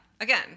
Again